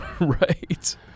Right